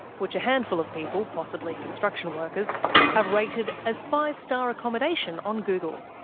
which a handful of people possibly construction workers have rated as five star accommodation on google.